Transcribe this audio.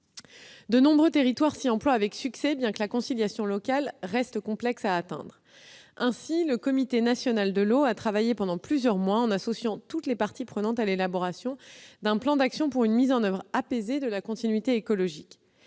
De nombreux territoires s'y emploient avec succès, bien que la conciliation locale reste complexe à atteindre. Ainsi, le Comité national de l'eau a travaillé pendant plusieurs mois en associant toutes les parties prenantes à l'élaboration d'un plan d'action pour une politique apaisée de restauration de la continuité écologique,